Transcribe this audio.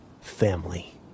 Family